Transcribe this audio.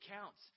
counts